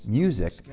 music